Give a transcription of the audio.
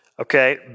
Okay